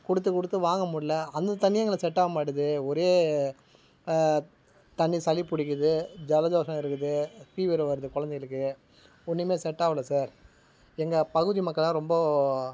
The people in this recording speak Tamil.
கொடுத்து கொடுத்து வாங்க முடில அந்த தண்ணியும் எங்களுக்கு செட்டாக மாட்டுது ஒரே தண்ணி சளி பிடிக்குது ஜலதோஷம் இருக்குது ஃபீவர் வருது கொழந்தைங்களுக்கு ஒன்றுமே செட்டாகல சார் எங்கள் பகுதி மக்களெல்லாம் ரொம்ப